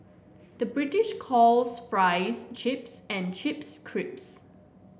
the British calls fries chips and chips crisps